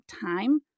time